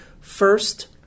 First